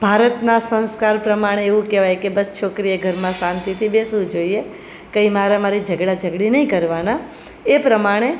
ભારતના સંસ્કાર પ્રમાણે એવું કહેવાય કે બસ છોકરીએ ઘરમાં શાંતિથી બેસવું જોઈએ કે મારા મારે ઝઘડા ઝઘડી નહીં કરવાના એ પ્રમાણે